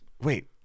wait